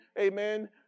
Amen